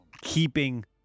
keeping